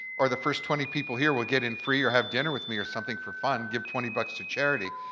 or the first twenty people here will get in free or have dinner with me or something for fun, give twenty bucks to charity.